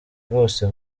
rwose